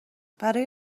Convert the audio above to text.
برای